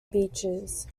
beaches